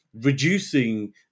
reducing